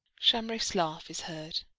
shamraeff's laugh is heard.